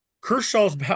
Kershaw's